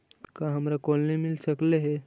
का हमरा कोलनी मिल सकले हे?